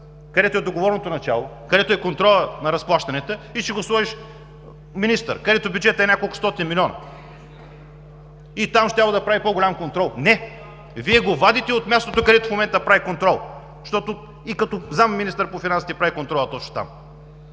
където е договорното начало, където е контролът на разплащанията и ще го сложим министър, където бюджетът е няколкостотин милиона и там щял да прави по-голям контрол. Не! Вие го вадите от мястото, където в момента прави контрол, защото и като заместник-министър по финансите прави контрол точно там.